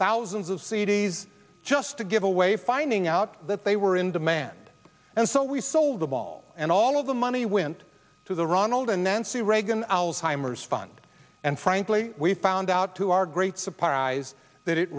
thousands of cds just to give away finding out that they were in demand and so we sold the ball and all of the money wind to the ronald and nancy reagan alzheimer's fund and frankly we found out to our great surprise that it